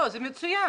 זה מצוין.